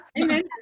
Amen